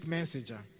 Messenger